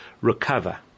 recover